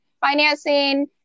financing